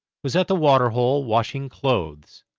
was at the water hole washing clothes.